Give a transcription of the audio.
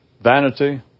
Vanity